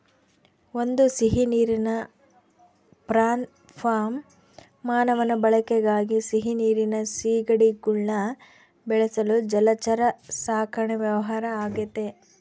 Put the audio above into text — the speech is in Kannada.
ಒಂದು ಸಿಹಿನೀರಿನ ಪ್ರಾನ್ ಫಾರ್ಮ್ ಮಾನವನ ಬಳಕೆಗಾಗಿ ಸಿಹಿನೀರಿನ ಸೀಗಡಿಗುಳ್ನ ಬೆಳೆಸಲು ಜಲಚರ ಸಾಕಣೆ ವ್ಯವಹಾರ ಆಗೆತೆ